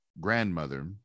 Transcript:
grandmother